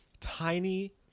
tiny